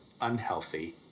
unhealthy